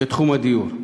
בתחום הדיור.